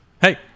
Hey